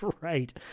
Right